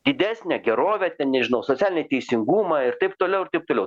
didesnę gerovę ten nežinau socialinį teisingumą ir taip toliau ir taip toliau